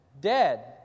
dead